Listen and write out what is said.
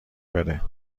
بره